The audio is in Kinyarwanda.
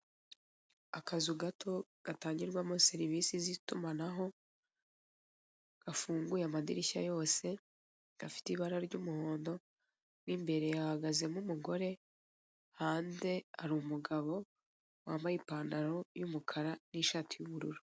Akazu gato gatangirwamo serivise z'itumanaho, gafunguye amadirishya yose, gafite ibara ry'umuhondo mo imbere hahagazemo umugore hanze hari umugabo wambaye ipantaro y'umukara n'ishati y'ubururu.